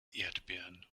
erdbeeren